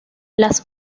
las